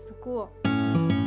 school